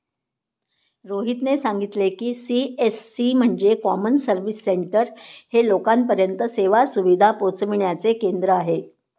रोहितने सांगितले की, सी.एस.सी म्हणजे कॉमन सर्व्हिस सेंटर हे लोकांपर्यंत सेवा सुविधा पोहचविण्याचे केंद्र आहे